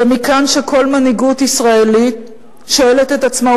ומכאן שכל מנהיגות ישראלית שואלת את עצמה,